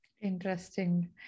interesting